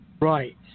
Right